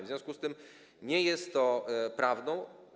W związku z tym nie jest to prawdą.